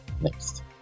next